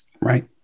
right